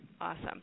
Awesome